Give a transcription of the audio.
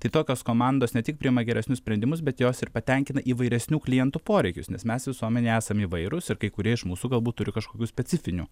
tai tokios komandos ne tik priima geresnius sprendimus bet jos ir patenkina įvairesnių klientų poreikius nes mes visuomenė esam įvairus ir kai kurie iš mūsų galbūt turi kažkokių specifinių